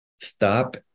stop